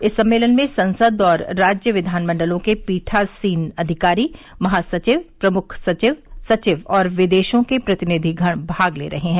इस सम्मेलन में संसद और राज्य विधानमंडलों के पीठासीन अधिकारी महासचिव प्रमुख सचिव सचिव और विदेशों के प्रतिनिधिगण भाग ले रहे हैं